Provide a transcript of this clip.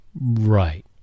Right